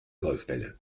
golfbälle